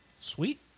Sweet